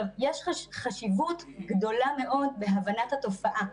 יש חשיבות גדולה מאוד בהבנת התופעה.